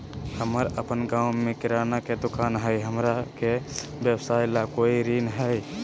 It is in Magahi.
हमर अपन गांव में किराना के दुकान हई, हमरा के व्यवसाय ला कोई ऋण हई?